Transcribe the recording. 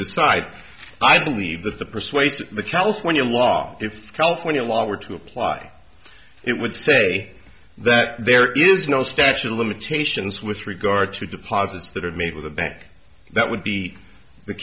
decide i believe that the persuasive in the california law if california law were to apply it would say that there is no statute of limitations with regard to deposits that are made with a bag that would be the